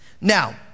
Now